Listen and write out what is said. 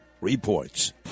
Reports